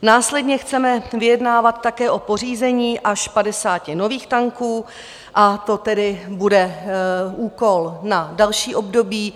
Následně chceme vyjednávat také o pořízení až 50 nových tanků, a to tedy bude úkol na další období.